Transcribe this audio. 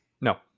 No